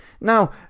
Now